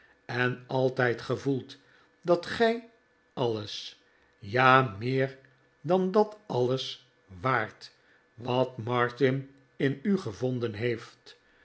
en altijd gevoeld dat gij alles ja meer dan dat alles waart wat martin in u gevonden heeft